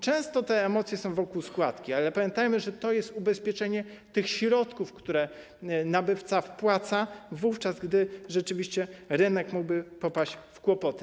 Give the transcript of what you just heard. Często emocje dotyczą składki, ale pamiętajmy, że to jest ubezpieczenie środków, które nabywca wpłaca wówczas, gdy rzeczywiście rynek mógłby popaść w kłopoty.